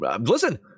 listen